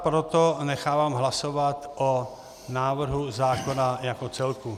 Proto nechávám hlasovat o návrhu zákona jako celku.